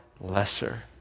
lesser